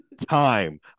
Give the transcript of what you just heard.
time